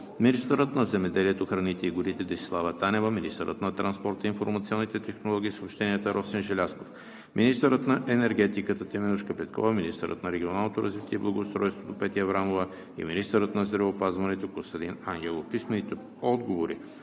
министърът на земеделието, храните и горите Десислава Танева, министърът на транспорта, информационните технологии и съобщенията Росен Желязков, министърът на енергетиката Теменужка Петкова, министърът на регионалното развитие и благоустройството Петя Аврамова и министърът на здравеопазването Костадин Ангелов. Писмените отговори